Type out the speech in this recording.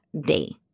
day